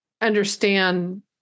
understand